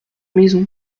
maison